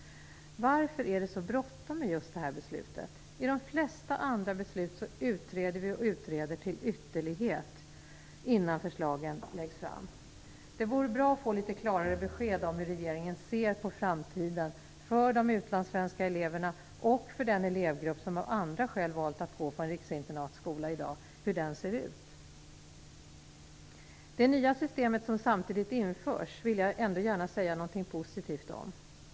Varför är det så bråttom med just detta beslut? Vid de flesta andra beslut utreder vi till ytterlighet innan förslagen läggs fram. Det vore bra att få litet klarare besked om hur regeringen ser på framtiden för de utlandssvenska eleverna och för den elevgrupp som av andra skäl valt att gå på en riksinternatskola i dag. Hur ser den ut? Det nya system som samtidigt införs vill jag ändå gärna säga någonting positivt om.